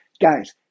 Guys